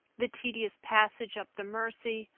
the tedious passage up the mersey,